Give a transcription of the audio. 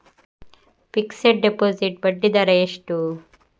Fixed deposit ಬಡ್ಡಿ ದರ ಎಷ್ಟು?